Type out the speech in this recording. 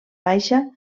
baixa